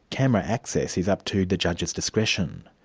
camera access is up to the judge's discretion.